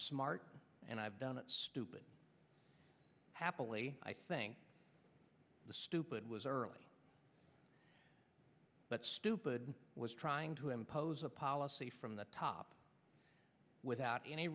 smart and i've done it stupid happily i think the stupid was early but stupid was trying to impose a policy from the top without any